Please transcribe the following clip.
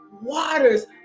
waters